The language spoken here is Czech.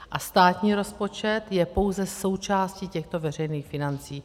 A státní rozpočet je pouze součástí těchto veřejných financí.